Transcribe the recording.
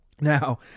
Now